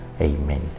amen